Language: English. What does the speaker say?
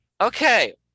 Okay